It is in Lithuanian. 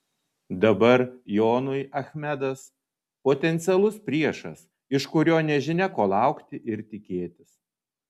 dabar jonui achmedas potencialus priešas iš kurio nežinia ko laukti ir tikėtis